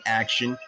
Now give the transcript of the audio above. action